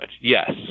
Yes